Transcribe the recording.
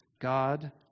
God